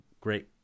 great